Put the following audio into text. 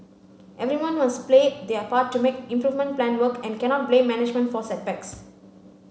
everyone must play their part to make improvement plan work and cannot blame management for setbacks